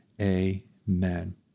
amen